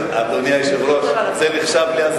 אדוני היושב-ראש, הזמן נחשב לי?